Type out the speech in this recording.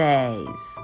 Days